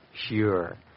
Sure